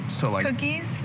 Cookies